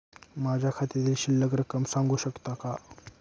माझ्या खात्यातील शिल्लक रक्कम सांगू शकता का?